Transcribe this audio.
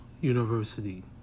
University